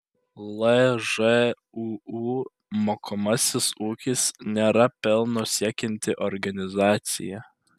lžūu mokomasis ūkis nėra pelno siekianti organizacija